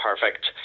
perfect